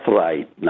right